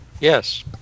Yes